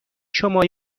شما